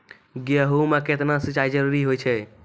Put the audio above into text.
गेहूँ म केतना सिंचाई जरूरी होय छै?